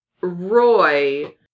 Roy